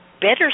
better